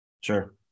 Sure